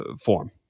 form